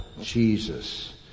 Jesus